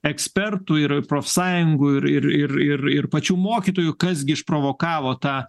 ekspertų ir profsąjungų ir ir ir ir ir pačių mokytojų kas gi išprovokavo tą